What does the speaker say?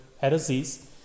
heresies